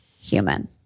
human